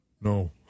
No